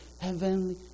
heavenly